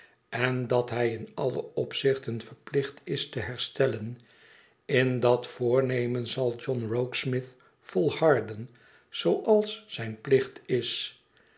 en dat hij in alle opzichten verplicht is te herstellen in dat voornemen zal john rokesmith volharden zooals zijn plicht is